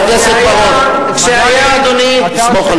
חבר הכנסת בר-און, תסמוך עלי.